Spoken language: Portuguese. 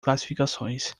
classificações